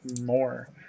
more